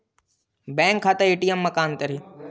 Bank खाता ATM मा का अंतर हे?